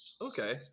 okay